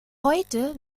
heute